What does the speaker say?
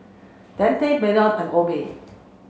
Dante Peyton and Obe